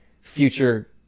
future